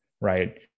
right